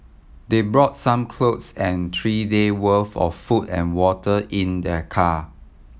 they brought some cloth and three day worth of food and water in their car